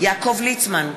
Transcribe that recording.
יעקב ליצמן,